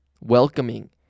welcoming